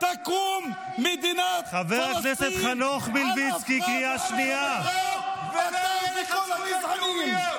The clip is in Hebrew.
לא תהיה לך זכות לאומית.